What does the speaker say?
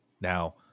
now